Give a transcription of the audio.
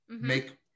make